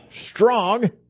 strong